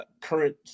current